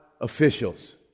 officials